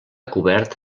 cobert